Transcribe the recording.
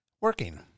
working